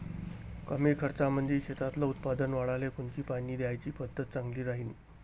कमी खर्चामंदी शेतातलं उत्पादन वाढाले कोनची पानी द्याची पद्धत चांगली राहीन?